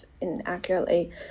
inaccurately